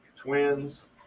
twins